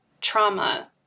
trauma